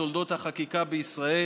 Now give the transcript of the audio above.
בתולדות החקיקה בישראל.